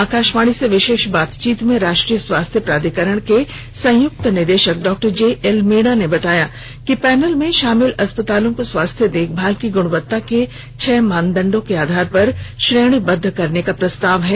आकाशवाणी से विशेष बातचीत में राष्ट्रीय स्वास्थ्य प्राधिकरण के संयुक्त निदेशक डॉक्टर जे एल मीणा ने बताया कि पैनल में शामिल अस्पतालों को स्वास्थ्य देशभाल की गुणवत्ता के छह मानदंडों के आधार पर श्रेणीबद्व करने का प्रस्ताव है